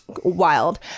wild